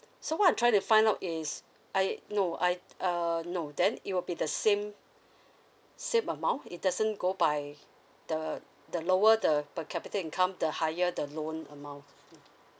so what I'm trying to find out is I no I uh no then it will be the same same amount it doesn't go by the the lower the per capita income the higher the loan amount mm